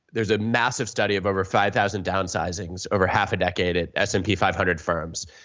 there's a massive study of over five thousand downsizings over half a decade at s and p five hundred firms.